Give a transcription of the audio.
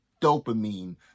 dopamine